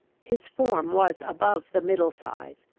his form was above the middle size.